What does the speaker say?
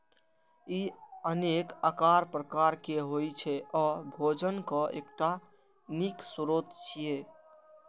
ई अनेक आकार प्रकार के होइ छै आ भोजनक एकटा नीक स्रोत छियै